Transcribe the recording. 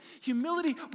Humility